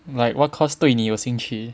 like what course 对你有兴趣